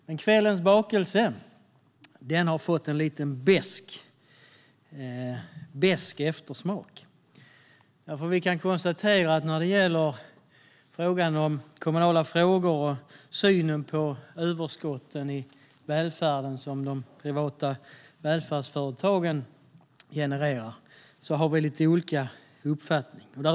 Men kvällens bakelse har fått en lite besk eftersmak. Vi kan konstatera att när det gäller kommunala frågor och synen på det överskott i välfärden som de privata välfärdsföretagen genererar så har vi lite olika uppfattning.